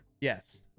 yes